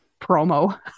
promo